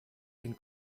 den